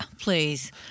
please